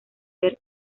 ver